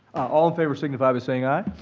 all in favor signify by saying aye.